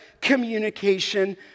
communication